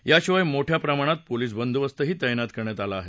याशिवाय मोठ्या प्रमाणात पोलीस बंदोबस्त ही तैनात करण्यात आला आहे